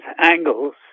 angles